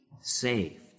saved